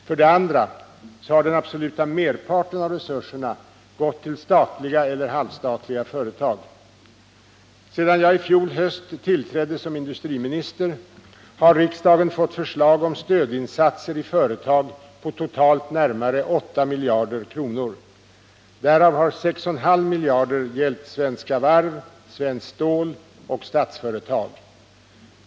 För det andra har den absoluta merparten av resurserna gått till statliga eller halvstatliga företag. Sedan jag i fjol höst tillträdde som industriminister, har riksdagen fått förslag om stödinsatser i företag på totalt närmare 8 miljarder kronor. Därav har 6,5 miljarder gällt Svenska Varv, Svenskt Stål och Statsföretag.